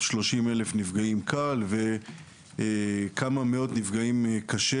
30,000 נפגעים קל וכמה מאות נפגעים קשה.